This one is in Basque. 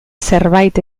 zerbait